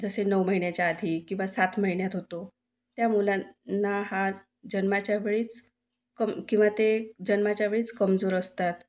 जसे नऊ महिन्याच्या आधी किंवा सात महिन्यात होतो त्या मुलांना हा जन्माच्या वेळीच कम किंवा ते जन्माच्या वेळीच कमजोर असतात